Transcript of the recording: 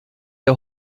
der